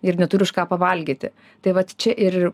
ir neturiu už ką pavalgyti tai vat čia ir